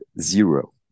zero